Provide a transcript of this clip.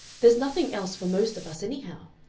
there's nothing else for most of us, anyhow.